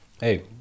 Hey